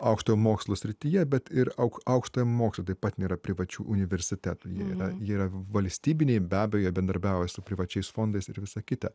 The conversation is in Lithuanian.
aukštojo mokslo srityje bet ir auk aukštojo mokslo taip pat nėra privačių universitetų jie yra jie yra valstybiniai be abejo jie bendarbiauja su privačiais fondais ir visa kita